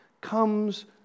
comes